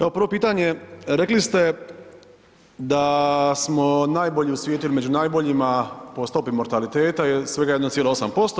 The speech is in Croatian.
Evo, prvo pitanje, rekli ste da smo najbolji u svijetu ili među najboljima po stopi mortaliteta, svega 1,8%